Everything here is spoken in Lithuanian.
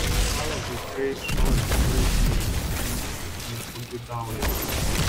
šąla vaikai šąla tėvai naujų savininkų nepageidaujami